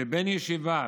שבן ישיבה,